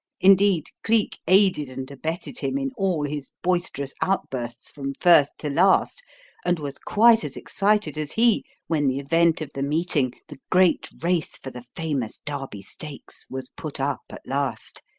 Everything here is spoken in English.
indeed, cleek aided and abetted him in all his boisterous outbursts from first to last and was quite as excited as he when the event of the meeting the great race for the famous derby stakes was put up at last.